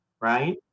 right